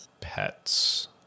pets